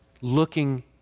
looking